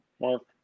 Mark